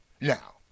Now